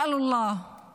אני מבקשת מהאל הכול-יכול,